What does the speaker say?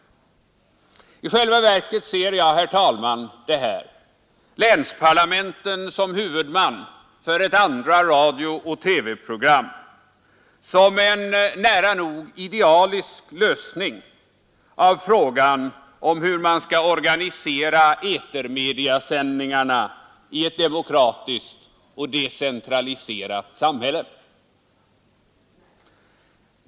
I själva verket ser jag detta — länsparlamenten som huvudman för ett andra radiooch TV-program — som en nära nog idealisk lösning av frågan hur man skall organisera etermediasändningarna i ett demokratiskt och decentraliserat samhälle.